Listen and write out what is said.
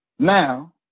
Now